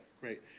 great